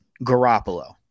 Garoppolo